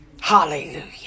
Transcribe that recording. Hallelujah